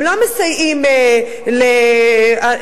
הם לא מסייעים באוויר,